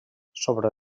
sobre